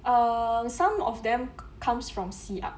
err some of them comes from siap